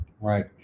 Right